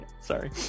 Sorry